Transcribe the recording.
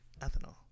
ethanol